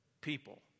people